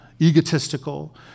egotistical